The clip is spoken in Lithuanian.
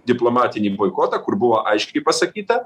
diplomatinį boikotą kur buvo aiškiai pasakyta